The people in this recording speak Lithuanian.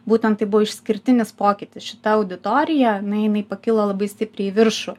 būtent tai buvo išskirtinis pokytis šita auditorija na jinai pakilo labai stipriai į viršų